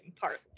partly